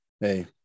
hey